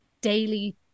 daily